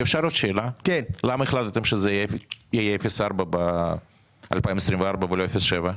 למה החלטתם שזה יהיה 0.4 ב-2024 ולא 0.7?